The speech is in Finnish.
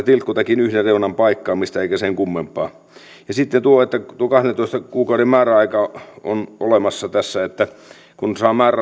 tilkkutäkin yhden reunan paikkaamista eikä sen kummempaa sitten tuo kahdentoista kuukauden määräaika on olemassa tässä että kun